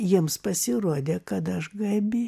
jiems pasirodė kad aš gabi